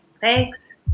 Thanks